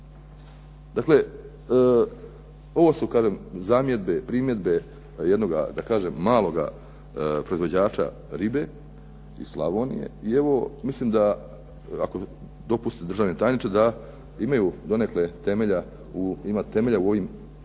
Dakle, ovo su kažem zamjedbe, primjedbe jednoga da kažem maloga proizvođača ribe iz Slavonije i evo mislim da, ako dopustite državni tajniče, da imaju donekle temelja u ovim, da